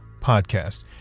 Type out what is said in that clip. podcast